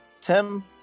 Tim